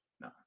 No